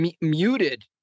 muted